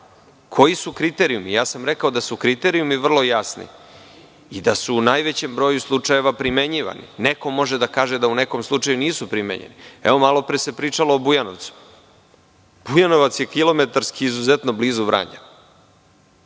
Koji su kriterijumi? Rekao sam da su kriterijumi vrlo jasni i da su u najvećem broju slučajeva primenjivani. Neko može da kaže da u nekom slučaju nisu primenjeni. Malopre se pričalo o Bujanovcu. Bujanovac je kilometarski izuzetno blizu Vranja.